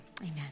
amen